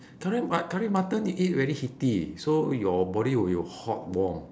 correct but curry mutton i~ eat very heaty so your body will be hot warm